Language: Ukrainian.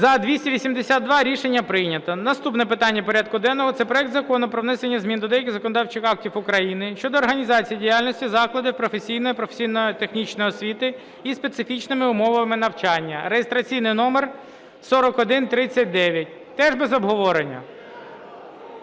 За-282 Рішення прийнято. Наступне питання порядку денного – це проект Закону про внесення змін до деяких законодавчих актів України щодо організації діяльності закладів професійної (професійно-технічної освіти) із специфічними умовами навчання (реєстраційний номер 4139). Теж без обговорення?